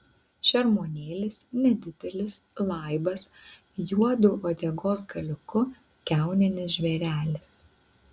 šermuonėlis nedidelis laibas juodu uodegos galiuku kiauninis žvėrelis